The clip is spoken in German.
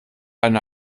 eine